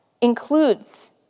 includes